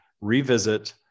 revisit